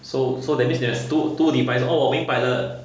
so so that means there's two devices oh 我明白了